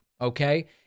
okay